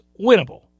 winnable